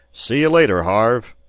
see you later, harve.